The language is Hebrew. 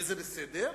וזה בסדר,